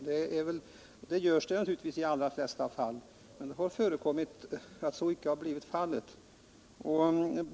Det görs naturligtvis i de allra flesta fall, men det har förekommit att så inte har skett.